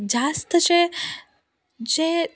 ज्यास्तशें जें